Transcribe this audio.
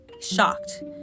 shocked